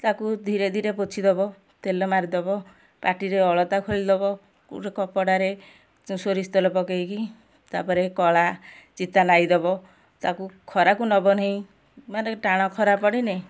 ତାକୁ ଧୀରେ ଧୀରେ ପୋଛିଦେବ ତେଲ ମାରିଦବ ପାଟିରେ ଅଳତା ଖୋଲିଦେବ କପଡ଼ାରେ ସୋରିଷ ତେଲ ପକାଇକି ତା'ପରେ କଳା ଚିତା ନାଇଦେବ ତାକୁ ଖରାକୁ ନେବ ନାହିଁ ମାନେ ଟାଣ ଖରା ପଡ଼ିନେ